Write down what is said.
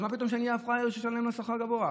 אז מה פתאום שאני אהיה הפראייר שישלם לה שכר גבוה?